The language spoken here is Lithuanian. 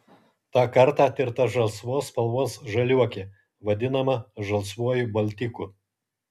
tą kartą tirta žalsvos spalvos žaliuokė vadinama žalsvuoju baltiku